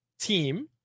team